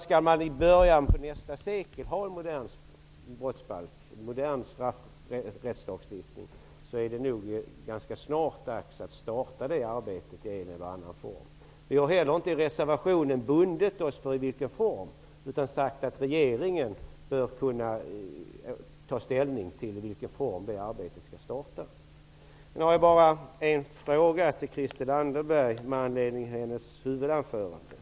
Skall man i början av nästa sekel ha en modern brottsbalk med en modern straffrättslagstiftning, är det nog ganska snart dags att i en eller annan form starta arbetet med denna. Vi har inte heller i reservationen bundit oss vid någon form, utan vi har sagt att regeringen bör kunna ta ställning till i vilken form det arbetet skall bedrivas. Jag har en fråga till Christel Anderberg med anledning av hennes huvudanförande.